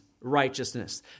righteousness